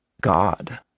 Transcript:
God